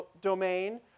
domain